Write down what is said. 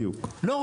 לא רוצים.